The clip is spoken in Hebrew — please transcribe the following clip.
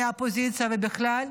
מהאופוזיציה ובכלל,